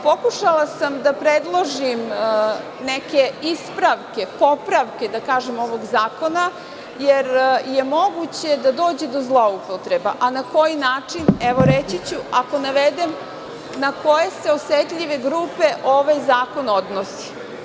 Pokušala sam da predložim neke ispravke, popravke, da kažem, ovog zakona, jer je moguće da dođe do zloupotreba, a na koji način, evo, reći ću ako navedem na koje se osetljive grupe ovaj zakon odnosi.